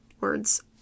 words